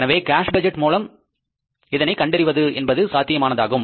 எனவே cash budget மூலம் இதனை கணக்கிடுவது என்பது சாத்தியமானதாகும்